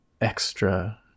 extra